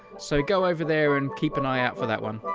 so go over there and keep an eye out for that one. well,